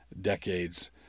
decades